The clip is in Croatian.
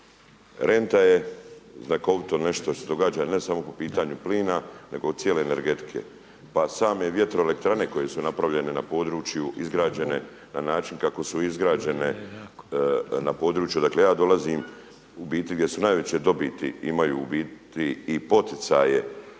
Renta je znakovito nešto što se događa ne samo po pitanju plina nego cijele energetike, pa same vjetroelektrane koje su napravljene na području izgrađene na način kako su izgrađene na području, dakle ja dolazim u biti gdje su najveće dobiti, imaju ubiti i poticaje